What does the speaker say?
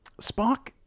Spock